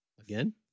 Again